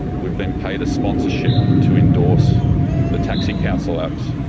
we've been paid a sponsorship to endorse the taxi council apps.